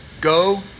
Go